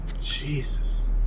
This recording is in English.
Jesus